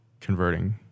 converting